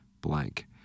Blank